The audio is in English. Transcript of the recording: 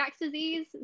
disease